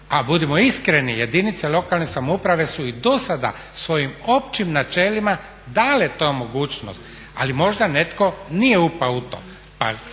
A budimo iskreni jedinice lokalne samouprave su i dosada svojim općim načelima dale tu mogućnost, ali možda netko nije upao u to.